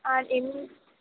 আর এমনি